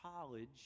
college